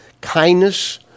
kindness